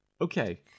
okay